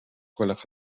gwelwch